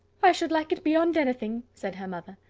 i should like it beyond anything! said her mother.